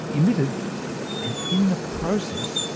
emitted and in the process,